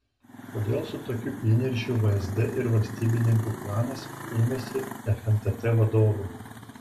kodėl su tokiu įniršiu vsd ir valstybininkų klanas ėmėsi fntt vadovų